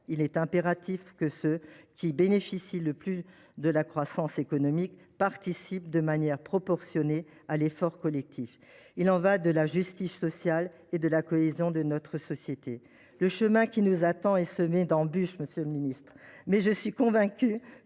Il est impératif que ceux qui bénéficient le plus de la croissance économique participent de manière proportionnée à l’effort collectif. Il y va de la justice sociale et de la cohésion de notre société. Le chemin qui nous attend est semé d’embûches, monsieur le ministre. Je suis toutefois convaincue